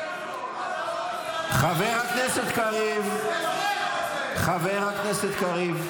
חבר הכנסת קריב, חבר הכנסת קריב.